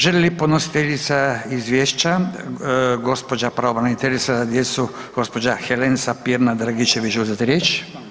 Želi li gospođa podnositeljica izvješća gospođa pravobraniteljica za djecu gospođa Helenca Pirnat Dragičević uzeti riječ?